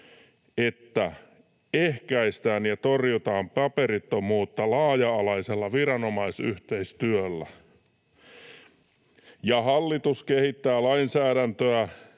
että ’ehkäistään ja torjutaan paperittomuutta laaja-alaisella viranomaisyhteistyöllä’ ja ’hallitus kehittää lainsäädäntöä